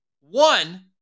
One